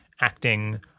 acting